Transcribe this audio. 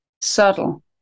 subtle